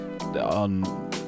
on